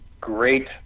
great